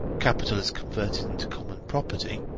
capital is converted into common property,